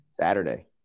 Saturday